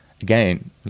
Again